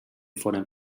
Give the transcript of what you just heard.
fossin